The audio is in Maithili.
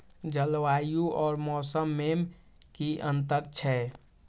जलवायु और मौसम में कि अंतर छै?